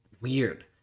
weird